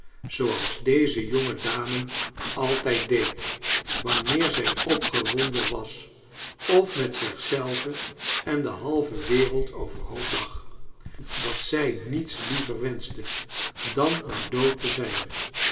zooals deze jonge dame altijd deed wanneer zij opgewonden was of met zich zelve en de halve wereld overhoop lag dat zij niets liever wenschte dan maar dood te zijn